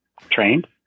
trained